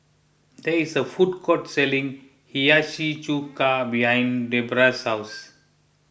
there is a food court selling Hiyashi Chuka behind Deborah's house